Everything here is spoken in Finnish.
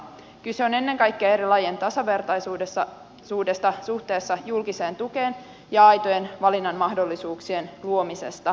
kyse on ennen kaikkea eri lajien tasavertaisuudesta suhteessa julkiseen tukeen ja aitojen valinnanmahdollisuuksien luomisesta